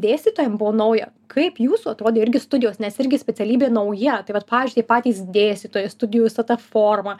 dėstytojam buvo nauja kaip jūsų atrodė irgi studijos nes irgi specialybė nauja tai vat pavyzdžiui tie patys dėstytojai studijų visa ta forma